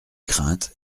crainte